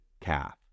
calf